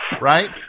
right